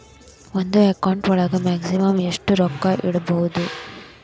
ಒಂದು ಅಕೌಂಟ್ ಒಳಗ ಮ್ಯಾಕ್ಸಿಮಮ್ ಎಷ್ಟು ರೊಕ್ಕ ಇಟ್ಕೋಬಹುದು?